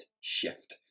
Shift